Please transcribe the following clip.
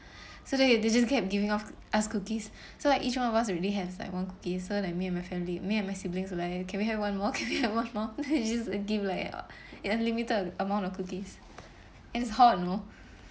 so then they just kept giving off us cookies so like each one of us already has like one cookies and me and my family me and my siblings like can we have one more can we have one more then they just like give like uh unlimited amount of cookies and it's hot you know